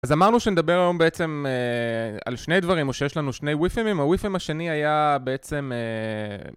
אז אמרנו שנדבר היום בעצם על שני דברים, או שיש לנו שני ויפים, הויפים השני היה בעצם...